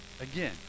again